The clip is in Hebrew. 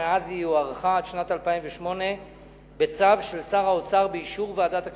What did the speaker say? ומאז היא הוארכה עד שנת 2008 בצו של שר האוצר באישור ועדת הכספים,